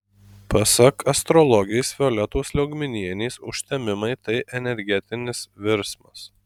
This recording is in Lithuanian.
pasak astrologės violetos liaugminienės užtemimai tai energetinis virsmas